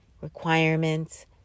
requirements